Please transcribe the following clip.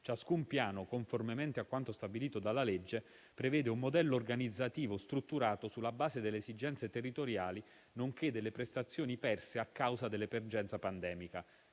Ciascun piano, conformemente a quanto stabilito dalla legge, prevede un modello organizzativo strutturato sulla base delle esigenze territoriali, nonché delle prestazioni perse a causa dell'emergenza pandemica.